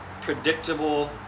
predictable